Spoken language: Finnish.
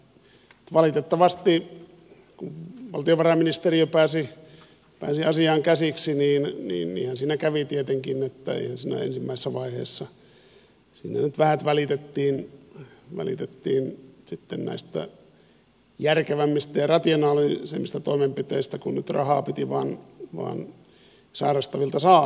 ja valitettavasti kun valtiovarainministeriö pääsi asiaan käsiksi niinhän siinä kävi tietenkin että siinä ensimmäisessä vaiheessa nyt vähät välitettiin sitten näistä järkevämmistä ja rationaalisemmista toimenpiteistä kun nyt rahaa piti vain sairastavilta saada enemmän